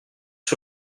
sur